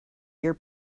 your